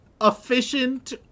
efficient